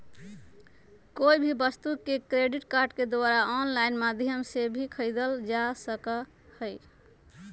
कोई भी वस्तु के क्रेडिट कार्ड के द्वारा आन्लाइन माध्यम से भी खरीदल जा सका हई